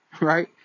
right